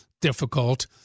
difficult